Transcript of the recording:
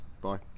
Bye